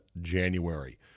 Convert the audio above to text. January